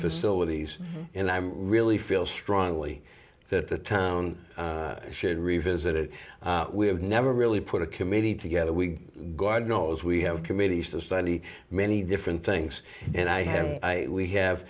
facilities and i'm really feel strongly that the town should revisit it we have never really put a committee together we god knows we have committees to study many different things and i have i we have